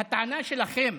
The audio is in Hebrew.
הטענה שלכם,